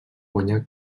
guanyar